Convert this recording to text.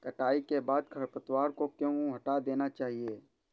कटाई के बाद खरपतवार को क्यो हटा देना चाहिए?